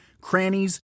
crannies